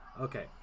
okay